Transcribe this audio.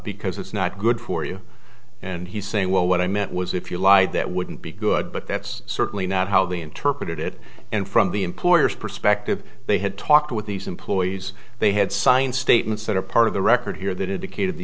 because it's not good for you and he's saying well what i meant was if you lied that wouldn't be good but that's certainly not how they interpreted it and from the employer's perspective they had talked with these employees they had signed statements that are part of the record here that indicated the